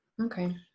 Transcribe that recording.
okay